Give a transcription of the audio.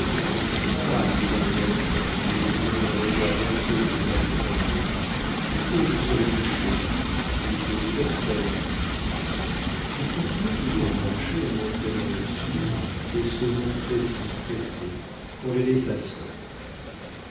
ma nièce dit le bonhomme en regardant ceux qui l'accompagnaient plus tôt je serai couché plus tôt vous danserez il continuait toujours à marcher en entraînant ursule et se montrait si pressé qu'on les laissa seuls